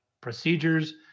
procedures